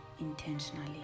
intentionally